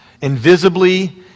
Invisibly